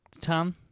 Tom